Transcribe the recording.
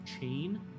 chain